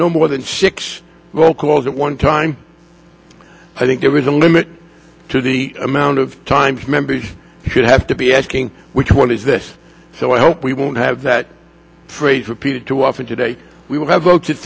no more than six locals at one time i think there is a limit to the amount of time members should have to be asking which one is this so i hope we won't have that phrase repeated too often today we will have voted